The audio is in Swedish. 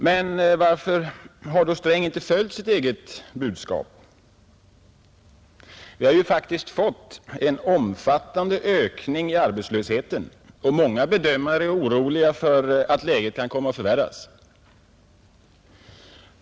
Men varför har då herr Sträng inte följt sitt eget budskap? Vi har ju faktiskt fått en omfattande ökning i arbetslösheten, och många bedömare är oroliga för att läget kan komma att förvärras.